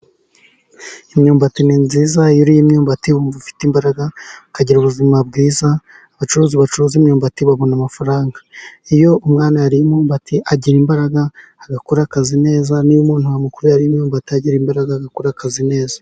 Imyumbati ni nziza iyo uriye imyumbati wumva ufite imbaraga, ukagira ubuzima bwiza, abacuruzi bacuruza imyumbati babona amafaranga, iyo umwana ariye umwumbati agira imbaraga, agakora akazi neza. N'iyo umuntu mukuru ariye imbyumbati, agira imbaraga agakora akazi neza.